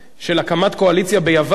של הקמת קואליציה ביוון,